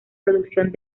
producción